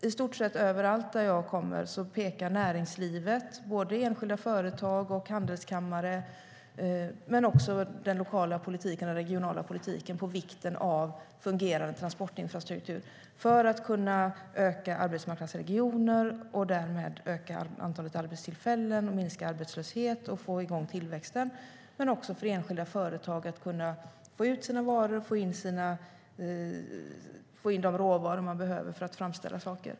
I stort sett överallt dit jag kommer pekar näringslivet - både enskilda företag och handelskammare - och den lokala och regionala politiken på vikten av fungerande transportinfrastruktur för att kunna öka arbetsmarknadsregioner och därmed öka antalet arbetstillfällen, minska arbetslösheten och få igång tillväxten men också för enskilda företag att kunna få ut sina varor och få in de råvaror de behöver för att framställa saker.